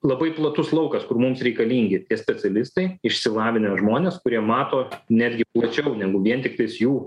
labai platus laukas kur mums reikalingi tie specialistai išsilavinę žmonės kurie mato netgi plačiau negu vien tiktais jų